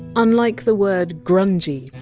unlike the word! grungy,